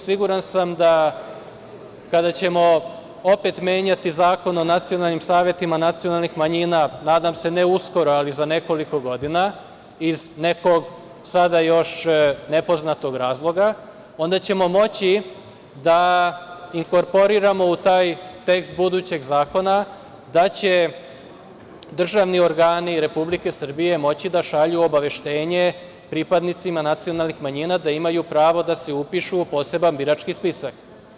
Siguran sam da kada opet budemo menjali Zakon o nacionalnim savetima nacionalnih manjina, nadam se, ne uskoro, ali za nekoliko godina, iz nekog sada još nepoznatog razloga, onda ćemo moći da inkorporiramo u taj tekst budućeg zakona da će državni organi Republike Srbije moći da šalju obaveštenje pripadnicima nacionalnih manjina da imaju pravo da se upišu u poseban birački spisak.